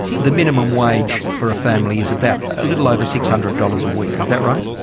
the minimum wage for a family is about a little over six hundred dollars a week. is that right?